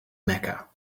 mecca